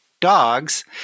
dogs